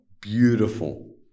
Beautiful